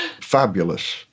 fabulous